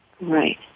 Right